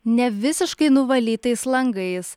ne visiškai nuvalytais langais